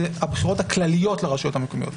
זה על הבחירות הכלליות לרשויות המקומיות.